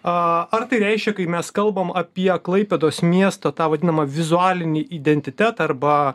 a ar tai reiškia kai mes kalbam apie klaipėdos miesto tą vadinamą vizualinį identitetą arba